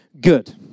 good